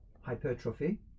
hypertrophy